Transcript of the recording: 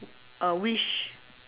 uh wish